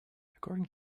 according